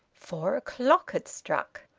four o'clock had struck.